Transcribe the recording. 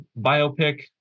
biopic